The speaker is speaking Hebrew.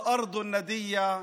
אדמת הטללים,